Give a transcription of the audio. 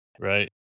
Right